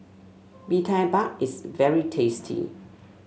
Bee Tai Mak is very tasty